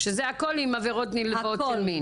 שזה הכול עם עבירות נלוות מין.